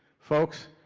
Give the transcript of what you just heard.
folks,